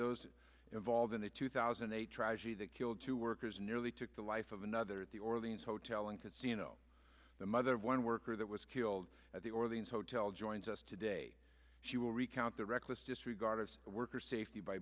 those involved in the two thousand and eight tragedy that killed two workers nearly took the life of another at the orleans hotel and casino the mother of one worker that was killed at the orleans hotel joins us today she will recount the reckless disregard of worker safety by